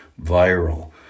viral